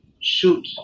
shoot